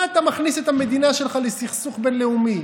למה אתה מכניס את המדינה שלך לסכסוך בין-לאומי?